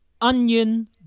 Onion